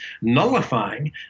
nullifying